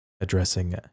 addressing